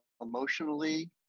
emotionally